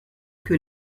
que